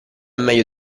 meglio